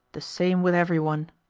the same with every one.